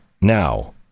now